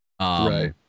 Right